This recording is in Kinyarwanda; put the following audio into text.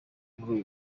muri